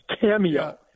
cameo